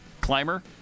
climber